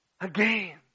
again